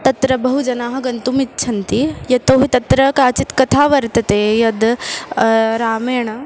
तत्र बहुजनाः गन्तुम् इच्छन्ति यतोहि तत्र काचित् कथा वर्तते यद् रामेण